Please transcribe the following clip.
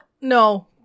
no